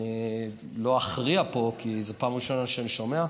אני לא אכריע פה, כי זו פעם ראשונה שאני שומע.